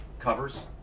covers,